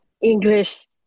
English